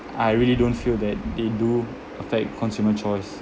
I really don't feel that they do affect consumer choice